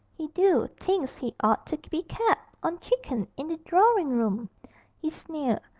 he do thinks he ought to be kep' on chickin in a droring-room he sneered,